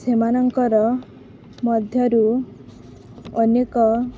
ସେମାନଙ୍କ ମଧ୍ୟରୁ ଅନେକ